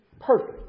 Perfect